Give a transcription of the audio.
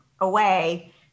away